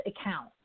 account